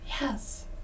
Yes